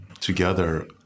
together